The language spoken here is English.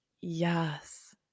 yes